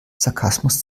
sarkasmus